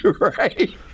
Right